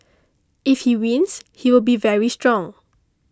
if he wins he will be very strong